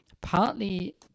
partly